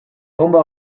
bonba